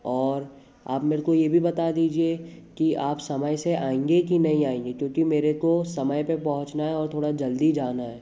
और आप मेरे को ये भी बता दीजिए कि आप समय से आएंगे कि नहीं आएंगे क्योंकि मेरे को समय पे पहुँचना है और थोड़ा जल्दी जाना है